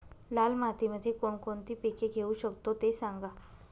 लाल मातीमध्ये कोणकोणती पिके घेऊ शकतो, ते सांगा